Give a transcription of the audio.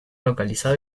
localizado